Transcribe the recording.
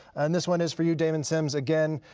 and this one is for you, damon sims again,